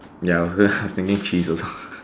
ya I was gonna thinking cheese also